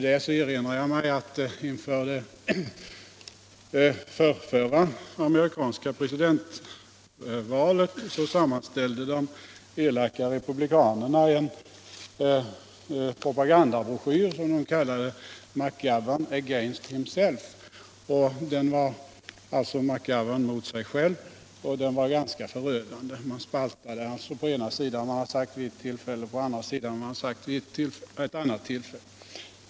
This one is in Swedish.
Jag erinrar mig att de elaka republikanerna till förförra amerikanska presidentvalet sammanställde en propagandabroschyr, som kallades ”McGovern against himself” — alltså McGovern mot sig själv. Den var ganska förödande. Sidorna var delade i två spalter. I den ena spalten angav man vad han hade sagt vid ett tillfälle och i den andra spalten vad han hade sagt vid ett annat tillfälle.